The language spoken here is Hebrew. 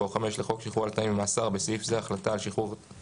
4 או 5 לחוק שחרור על תנאי ממאסר (בסעיף זה - החלטה על שחרור על